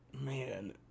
Man